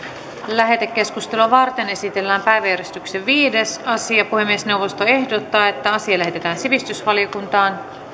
lähetekeskustelua varten esitellään päiväjärjestyksen viides asia puhemiesneuvosto ehdottaa että asia lähetetään sivistysvaliokuntaan